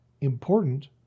important